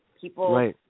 people